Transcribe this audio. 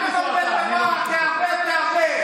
תענה על המעונות.